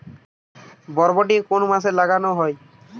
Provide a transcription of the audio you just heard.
বরবটি কোন মাসে লাগানো হয়?